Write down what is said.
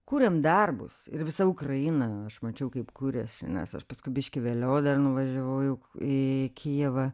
kūrėm darbus ir visa ukraina aš mačiau kaip kuriasi nes aš paskui biškį vėliau dar nuvažiavau jau į kijevą